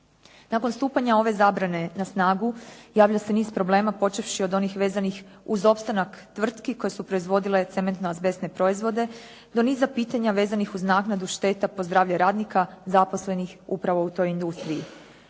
Nakon stupanja ove zabrane na snagu javlja se niz problema počevši od onih vezanih uz opstanak tvrtki koje se proizvodile cementno-azbestne proizvode, do niza pitanja vezanih uz naknadu šteta po zdravlje radnika zaposlenih upravo u toj industriji.